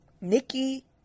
Nikki